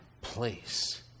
place